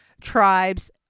tribes